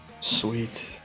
Sweet